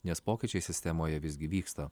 nes pokyčiai sistemoje visgi vyksta